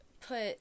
put